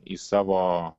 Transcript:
į savo